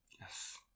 Yes